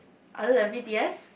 other than b_t_s